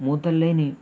మూతల్లేని